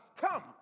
come